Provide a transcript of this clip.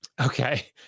okay